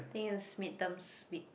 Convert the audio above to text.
think it's midterms week